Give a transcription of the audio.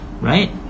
right